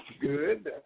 good